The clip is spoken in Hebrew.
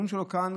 בנאום שלו כאן,